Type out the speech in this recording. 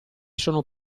sono